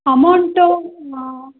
amount